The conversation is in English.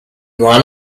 one